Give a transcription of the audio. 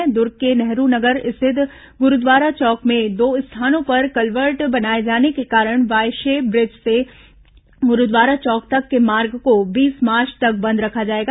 दर्ग के नेहरू नगर स्थित ग्रूद्वारा चौक में दो स्थानों पर कलवर्ट बनाए जाने के कारण वॉय शेप ब्रिज से गुरूद्वारा चौक तक के मार्ग को बीस मार्व तक बंद रखा जाएगा